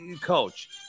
coach